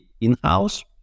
in-house